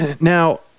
now